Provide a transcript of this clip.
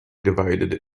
divided